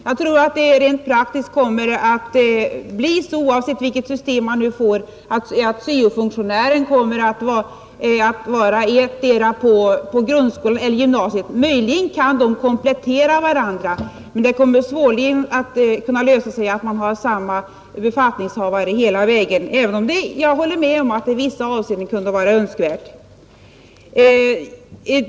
Jag tror att det rent praktiskt kommer att bli så, oavsett vilket system man får, att syo-funktionären kommer att vara ettdera i grundskolan eller i gymnasiet, Möjligen kan funktionärerna komplettera varandra, men man kan svårligen ha samma befattningshavare hela vägen, även om jag håller med om att det i vissa avseenden kunde vara önskvärt.